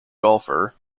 golfer